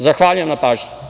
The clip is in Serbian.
Zahvaljujem na pažnji.